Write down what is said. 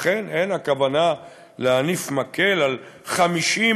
אכן, אין הכוונה להניף מקל על 50,000